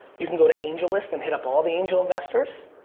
you can go to angellist and hit up all the angel investors.